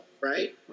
right